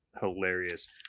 hilarious